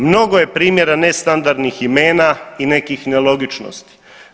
Mnogo je primjera nestandardnih imena i nekih nelogičnosti.